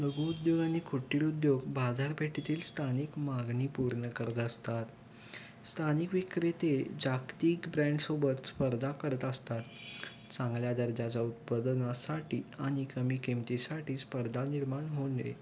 लघुद्योग आणि कुटिरोद्योग बाजारपेठातील स्थानिक मागणी पूर्ण करत असतात स्थानिक विक्रेते जागतिक ब्रँडसोबत स्पर्धा करत असतात चांगल्या दर्जाच्या उत्पादनासाठी आणि कमी किमतीसाठी स्पर्धा निर्माण होऊ न